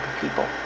people